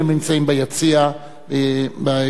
הם נמצאים ביציע הכללי.